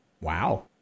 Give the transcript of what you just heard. Wow